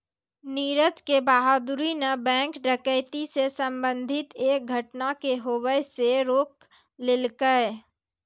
नीरज के बहादूरी न बैंक डकैती से संबंधित एक घटना के होबे से रोक लेलकै